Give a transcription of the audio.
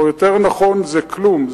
או יותר נכון זה כלום,